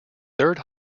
third